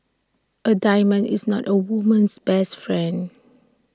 A diamond is not A woman's best friend